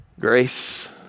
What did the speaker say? Grace